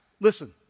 listen